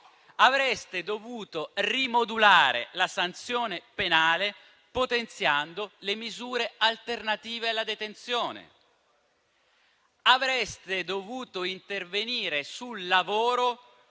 Avreste dovuto rimodulare la sanzione penale potenziando le misure alternative alla detenzione. Sareste dovuti intervenire sul lavoro